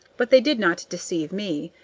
but they did not deceive me.